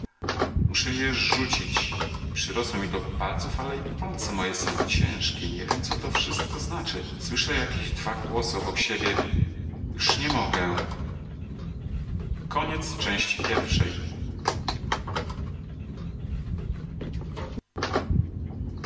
muszę je rzucić przyrosło mi do palców ale i palce moje są ciężkie nie wiem co to wszystko znaczy słyszę jakieś dwa głosy obok siebie już nie mogę